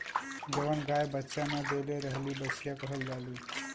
जवन गाय बच्चा न देले रहेली बछिया कहल जाली